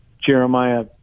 Jeremiah